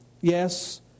yes